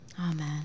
amen